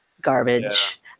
garbage